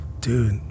dude